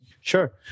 Sure